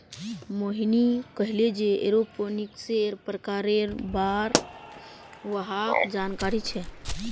मोहिनी कहले जे एरोपोनिक्सेर प्रकारेर बार वहाक जानकारी छेक